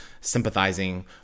sympathizing